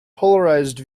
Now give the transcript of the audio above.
polarized